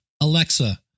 Alexa